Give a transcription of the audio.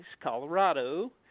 Colorado